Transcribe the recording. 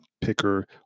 picker